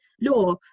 law